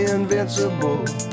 Invincible